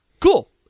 cool